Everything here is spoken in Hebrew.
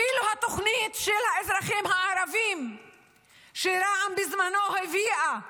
אפילו התוכנית של האזרחים הערבים שרע"מ הביאה בזמנו,